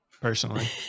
personally